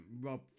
Rob